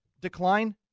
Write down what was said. decline